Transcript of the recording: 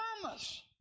promise